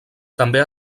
també